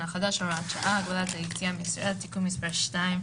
החדש (הוראת שעה) (הגבלת היציאה מישראל)(תיקון מס' 2),